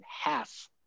half